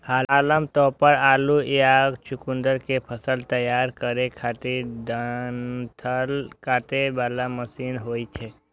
हाल्म topper आलू या चुकुंदर के फसल तैयार करै खातिर डंठल काटे बला मशीन होइ छै